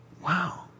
Wow